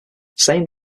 same